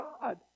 God